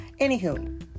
Anywho